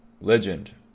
Legend